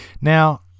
now